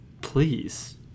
Please